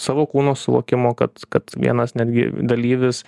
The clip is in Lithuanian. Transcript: savo kūno suvokimo kad kad vienas netgi dalyvis